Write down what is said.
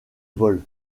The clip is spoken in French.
vol